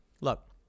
Look